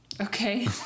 Okay